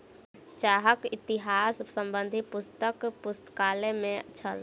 चाहक इतिहास संबंधी पुस्तक पुस्तकालय में छल